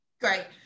Great